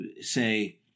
say